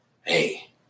Hey